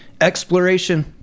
exploration